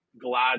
glad